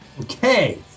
Okay